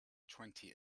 twenty